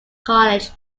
college